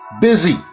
busy